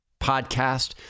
podcast